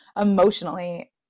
emotionally